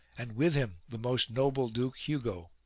and with him the most noble duke hugo.